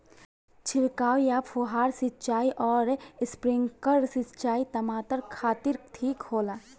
छिड़काव या फुहारा सिंचाई आउर स्प्रिंकलर सिंचाई टमाटर खातिर ठीक होला?